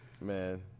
Man